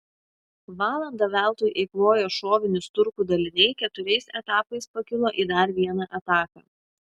valandą veltui eikvoję šovinius turkų daliniai keturiais etapais pakilo į dar vieną ataką